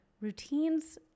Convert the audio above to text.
routines